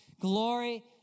glory